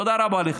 תודה רבה לך.